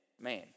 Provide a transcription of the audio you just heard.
man